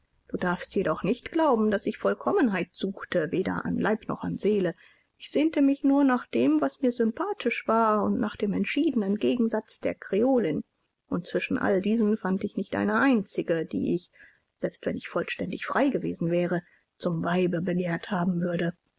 du darfst jedoch nicht glauben daß ich vollkommenheit suchte weder an leib noch an seele ich sehnte mich nur nach dem was mir sympathisch war nach dem entschiedenen gegensatz der creolin und zwischen all diesen fand ich nicht eine einzige die ich selbst wenn ich vollständig frei gewesen wäre zum weibe begehrt haben würde